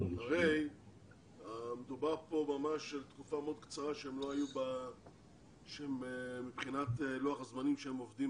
הרי המדובר פה ממש בתקופה מאוד קצרה שהם מבחינת לוח הזמנים שהם עובדים